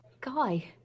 Guy